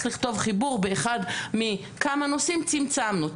לכתוב חיבור באחד מכמה נושאים צמצמנו.